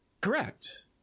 Correct